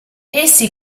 essi